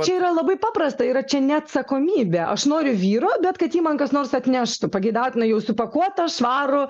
čia yra labai paprasta yra čia neatsakomybė aš noriu vyro bet kad jį man kas nors atneštų pageidautina jau supakuotą švarų